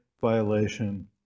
violation